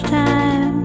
time